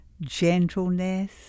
gentleness